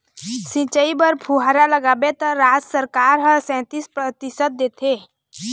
सिंचई बर फुहारा लगाबे त राज सरकार ह सैतीस परतिसत देथे